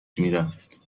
میرفت